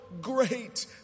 great